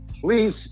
please